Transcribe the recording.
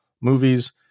movies